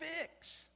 fix